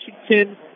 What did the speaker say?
Washington